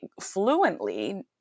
fluently